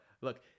Look